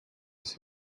des